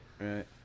right